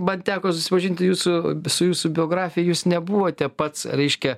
man teko susipažinti jūsų su jūsų biografija jūs nebuvote pats reiškia